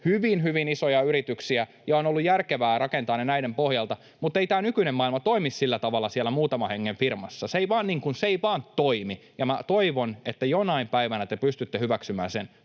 hyvin isoja yrityksiä ja on ollut järkevää rakentaa ne näiden pohjalta. Mutta ei tämä nykyinen maailma toimi sillä tavalla siellä muutaman hengen firmassa. Se ei vaan toimi. Ja minä toivon, että jonain päivänä te pystytte hyväksymään sen.